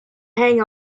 hang